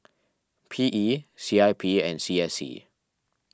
P E C I P and C S C